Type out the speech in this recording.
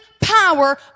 power